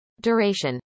Duration